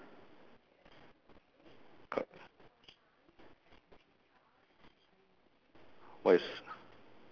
what is